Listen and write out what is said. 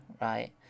Right